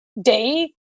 day